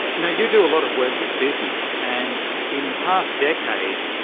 now you do a lot of work with business, and in the past decade,